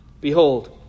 Behold